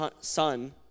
son